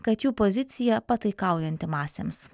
kad jų pozicija pataikaujanti masėms